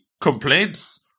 complaints